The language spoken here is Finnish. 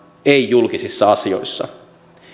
ei julkisissa asioissa